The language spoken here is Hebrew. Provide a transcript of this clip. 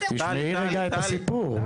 טלי --- תשמעי את הסיפור,